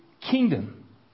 kingdom